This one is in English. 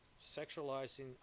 sexualizing